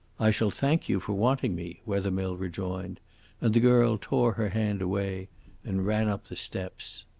i shall thank you for wanting me, wethermill rejoined and the girl tore her hand away and ran up the steps.